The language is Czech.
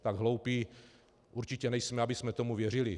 Tak hloupí určitě nejsme, abychom tomu věřili.